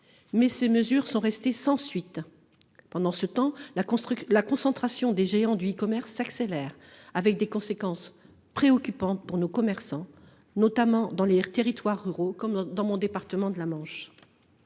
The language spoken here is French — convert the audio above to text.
mais ces propositions sont restées sans suite. Pendant ce temps, la concentration des géants du e commerce s’accélère, avec des conséquences préoccupantes pour nos commerçants, notamment dans les territoires ruraux comme le département de la Manche.